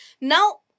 Now